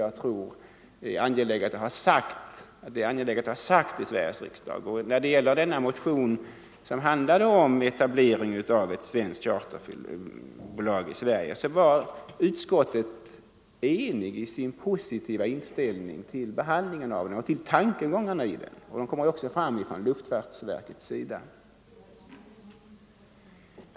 Det är angeläget att få detta sagt i Sveriges riksdag. Utskottet var enigt i sin positiva inställning till motionen om etablering av ett svenskt företag inom charterflygbranschen i Sverige. Även luftfartsverket delar i vissa avseenden motionärens uppfattning.